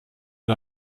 die